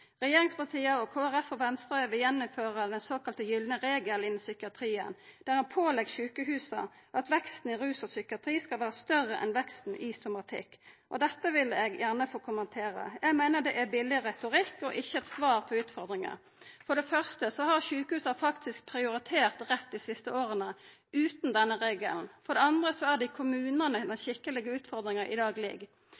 Regjeringspartia og Kristeleg Folkeparti og Venstre vil på nytt innføra den såkalla gylne regelen innan psykiatrien, der ein pålegg sjukehusa at veksten i rus og psykiatri skal vera større enn veksten i somatikk. Dette vil eg gjerne få kommentera. Eg meiner dette er billig retorikk og ikkje eit svar på utfordringane. For det første har sjukehusa faktisk prioritert rett dei siste åra utan denne regelen. For det andre er det i kommunane den